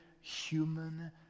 human